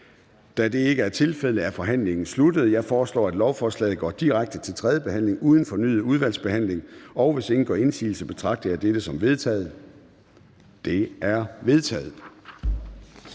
Da det ikke er tilfældet, er forhandlingen sluttet. Jeg foreslår, at lovforslaget går direkte til tredje behandling uden fornyet udvalgsbehandling. Hvis ingen gør indsigelse, betragter jeg dette som vedtaget. Det er vedtaget.